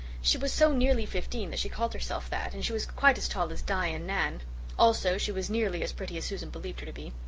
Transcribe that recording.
she was so nearly fifteen that she called herself that, and she was quite as tall as di and nan also, she was nearly as pretty as susan believed her to be.